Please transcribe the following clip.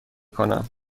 کنم